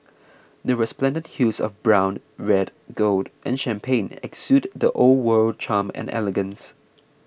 the resplendent hues of brown red gold and champagne exude the old world charm and elegance